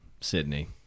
Sydney